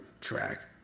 track